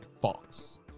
fox